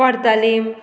Cortalim